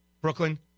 Brooklyn